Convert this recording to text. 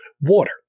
water